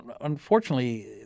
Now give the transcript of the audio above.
unfortunately